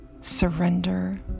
surrender